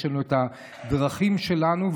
יש לנו הדרכים שלנו,